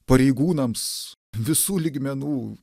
pareigūnams visų lygmenų